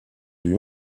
lui